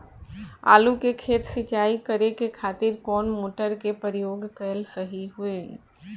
आलू के खेत सिंचाई करे के खातिर कौन मोटर के प्रयोग कएल सही होई?